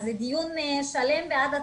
אז זה דיון שלם בעד עצמו.